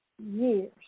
years